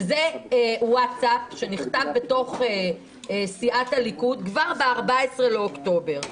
וזה ווטסאפ שנכתב בתוך סיעת הליכוד כבר ב-14 באוקטובר.